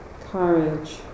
courage